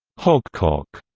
hogcock!